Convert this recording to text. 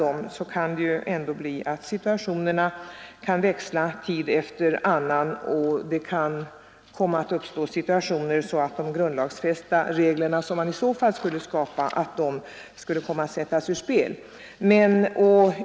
Som även herr Johansson i Trollhättan tidigare sade kan situationerna ändå växla tid efter annan, och det kan uppkomma tillfällen då dessa grundlagsfästa regler skulle sättas ur spel.